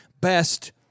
best